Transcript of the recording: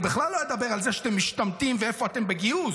אני בכלל לא אדבר על זה שאתם משתמטים ואיפה אתם בגיוס.